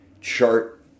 chart